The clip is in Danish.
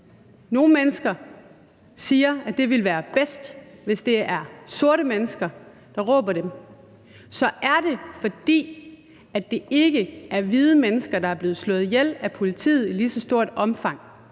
nogle mennesker, der siger, at det vil være bedst, hvis det er sorte mennesker, der råber dem, er det, fordi det ikke er hvide mennesker, der er blevet slået ihjel af politiet i lige så stort omfang.